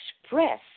express